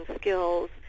skills